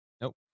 Nope